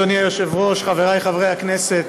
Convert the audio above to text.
אדוני היושב-ראש, חבריי חברי הכנסת,